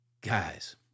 guys